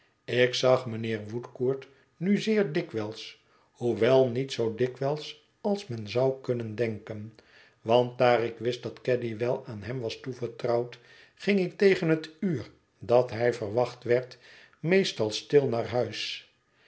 ik zag mijnheer woodcourt nu zeer dikwijls hoewel niet zoo dikwijls als men zou kunnen denken want daar ik wist dat caddy wel aan hem was toevertrouwd ging ik tegen het uur dat hij verwacht werd meestal stil naar huis